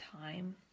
time